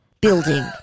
building